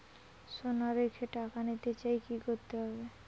সোনা রেখে টাকা নিতে চাই কি করতে হবে?